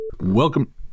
Welcome